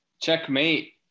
checkmate